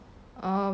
um